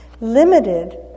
limited